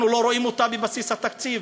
אנחנו לא רואים אותה בבסיס התקציב.